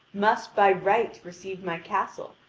must by right receive my castle,